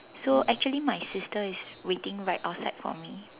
so actually my sister is waiting right outside for me